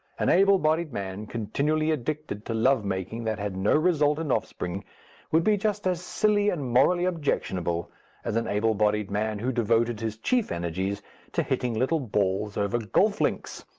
an able-bodied man continually addicted to love-making that had no result in offspring would be just as silly and morally objectionable as an able-bodied man who devoted his chief energies to hitting little balls over golf-links.